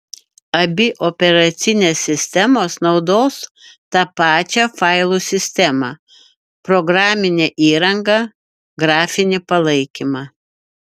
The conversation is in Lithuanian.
abi operacinės sistemos naudos tą pačią failų sistemą programinę įrangą grafinį palaikymą